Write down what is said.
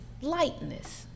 lightness